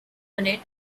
unit